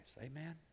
Amen